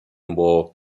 war